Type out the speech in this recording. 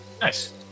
nice